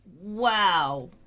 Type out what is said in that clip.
Wow